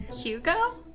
Hugo